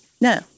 No